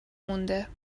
مونده